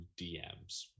dms